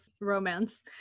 romance